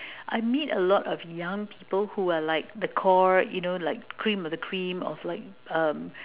I meet a lot of young people who are like the core you know like cream of the cream of like uh